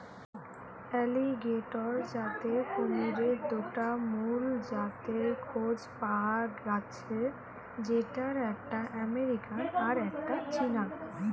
alligator জাতের কুমিরের দুটা মুল জাতের খোঁজ পায়া গ্যাছে যেটার একটা আমেরিকান আর একটা চীনা